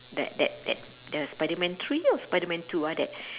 that that that the spiderman three or spiderman two [ah]that